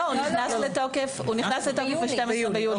הוא נכנס לתוקף ב-12 ביולי.